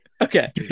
Okay